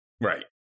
right